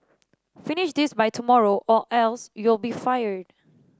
finish this by tomorrow or else you'll be fired